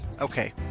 okay